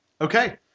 Okay